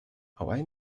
why